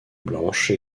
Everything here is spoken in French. blanche